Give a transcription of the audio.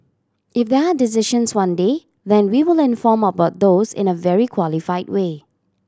if there are decisions one day then we will inform about those in a very qualified way